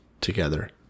together